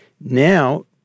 Now